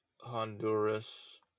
Honduras